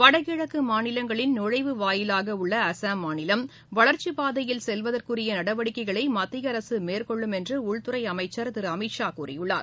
வடகிழக்கு மாநிலங்களின் நுழைவு வாயிலாக உள்ள அஸ்ஸாம் மாநிலம் வளர்ச்சிப் பாதையில் நடவடிக்கைகளை மத்திய அரசு மேற்கொள்ளும் என்று உள்துறை அமைச்சர் திரு செல்வதற்குரிய அமித்ஷா கூறியுள்ளார்